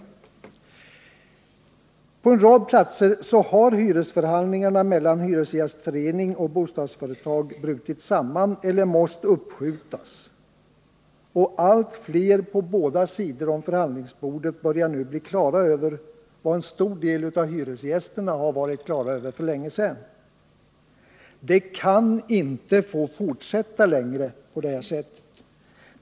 På en rad platser har hyresförhandlingarna mellan hyresgästförening och bostadsföretag brutit samman eller måst uppskjutas, och allt fler på båda sidor om förhandlingsbordet börjar nu bli klara över vad en stor del av hyresgästerna har varit klara över för länge sedan: det kan inte få fortsätta längre på det här sättet.